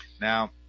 Now